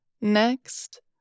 Next